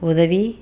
உதவி